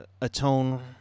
atone